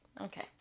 okay